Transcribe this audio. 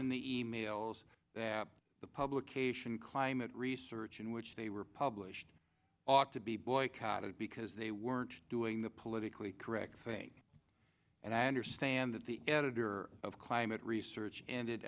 in the emails that the publication climate research in which they were published ought to be boycotted because they weren't doing the politically correct thing and i understand that the editor of climate research ended